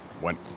went